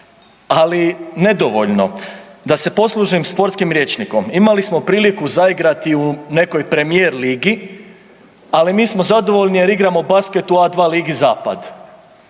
ali nedovoljno. Da se poslužim sportskim rječnikom, imali smo priliku zaigrati u nekoj premijer ligi, ali mi smo zadovoljni jer igramo basket u A2 ligi Zapad,